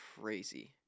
crazy